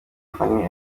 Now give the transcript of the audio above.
fanny